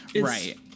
Right